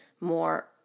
more